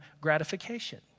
gratification